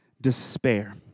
despair